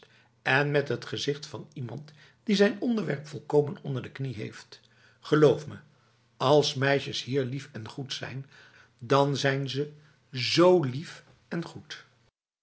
en met het gezicht van iemand die zijn onderwerp volkomen onder de knie heeft geloof me als meisjes hier lief en goed zijn dan zijn ze z lief en goed